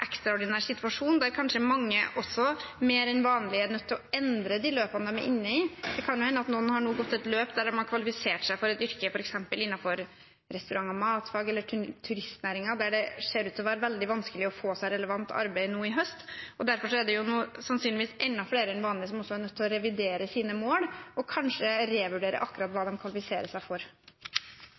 nødt til å endre de løpene de er inne i. Det kan hende at noen nå har gått et løp der de har kvalifisert seg for et yrke, f.eks. innenfor restaurant- og matfag eller turistnæringen, der det ser ut til å være veldig vanskelig å få seg relevant arbeid nå i høst. Derfor er det nå sannsynligvis enda flere enn vanlig som er nødt til å revidere sine mål, og kanskje revurdere akkurat hva de kvalifiserer seg for.